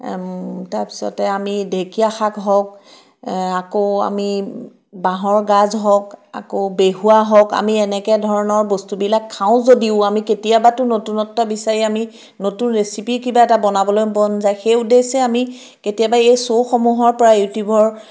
তাৰপিছতে আমি ঢেকীয়া শাক হওক আকৌ আমি বাঁহৰ গাজ হওক আকৌ বেহুৱা হওক আমি এনেকৈ ধৰণৰ বস্তুবিলাক খাওঁ যদিও আমি কেতিয়াবাতো নতুনত্ব বিচাৰি আমি নতুন ৰেচিপি কিবা এটা বনাবলৈ মন যায় সেই উদ্দেশ্যে আমি কেতিয়াবা এই শ্ব'সমূহৰ পৰাই ইউটিউবৰ